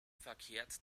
verkehrt